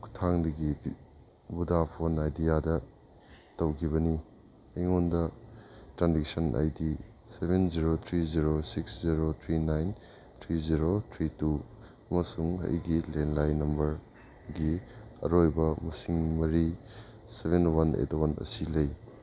ꯈꯨꯊꯥꯡꯗꯒꯤ ꯕꯣꯗꯥꯐꯣꯟ ꯑꯥꯏꯗꯤꯌꯥꯗ ꯇꯧꯈꯤꯕꯅꯤ ꯑꯩꯉꯣꯟꯗ transaction I D seven zero three zero six zero three nine three zero three two ꯑꯃꯁꯨꯡ ꯑꯩꯒꯤ ꯂꯦꯟꯂꯥꯏꯟ ꯅꯝꯕꯔꯒꯤ ꯑꯔꯣꯏꯕ ꯃꯁꯤꯡ ꯃꯔꯤ ꯁꯕꯦꯟ ꯋꯥꯟ ꯑꯦꯠ ꯋꯥꯟ ꯑꯁꯤ ꯂꯩ